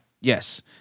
Yes